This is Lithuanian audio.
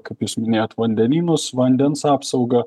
kaip jūs minėjot vandenynus vandens apsaugą